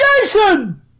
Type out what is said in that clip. Jason